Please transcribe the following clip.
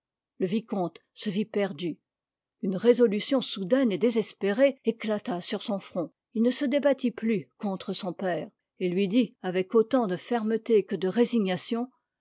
le vicomte se vit perdu une résolution soudaine et désespérée éclata sur son front il ne se débattit plus contre son père et lui dit avec autant de fermeté que de résignation